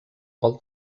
pol